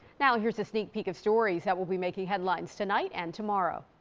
now here's a sneak peek of stories that will be making headlines tonight and tomorrow.